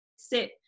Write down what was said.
Sit